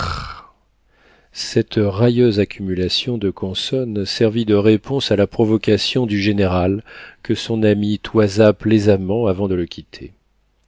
cette railleuse accumulation de consonnes servit de réponse à la provocation du général que son ami toisa plaisamment avant de le quitter